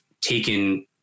taken